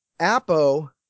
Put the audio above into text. Apo